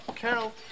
Carol